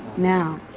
now,